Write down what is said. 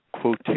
quote